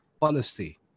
policy